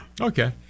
Okay